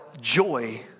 joy